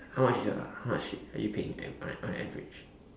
how much is your how much are you paying on on average